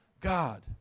God